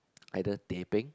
either teh peng